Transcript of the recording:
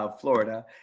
Florida